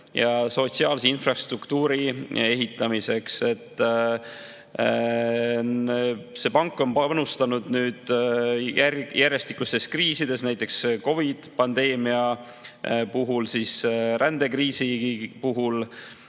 ja sotsiaalse infrastruktuuri ehitamiseks. See pank on panustanud järjestikustes kriisides, näiteks COVID‑i‑pandeemia puhul, rändekriisi puhul,